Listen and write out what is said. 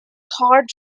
card